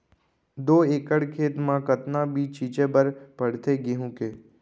दो एकड़ खेत म कतना बीज छिंचे बर पड़थे गेहूँ के?